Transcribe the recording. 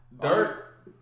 Dirt